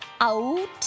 out